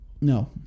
No